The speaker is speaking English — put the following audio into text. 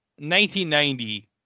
1990